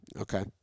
Okay